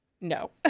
no